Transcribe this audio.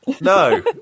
No